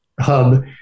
hub